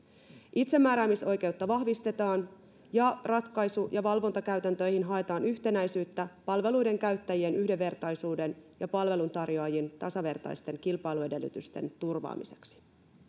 itsemääräämisoikeutta vahvistetaan ja ratkaisu ja valvontakäytäntöihin haetaan yhtenäisyyttä palveluiden käyttäjien yhdenvertaisuuden ja palveluntarjoajien tasavertaisten kilpailuedellytysten turvaamiseksi